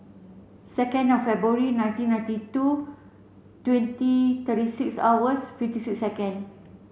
second February nineteen ninety two twenty thirty six hours fifty six second